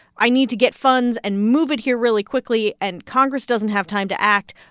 i need to get funds and move it here really quickly. and congress doesn't have time to act.